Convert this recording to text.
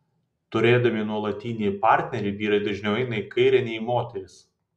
turėdami nuolatinį partnerį vyrai dažniau eina į kairę nei moterys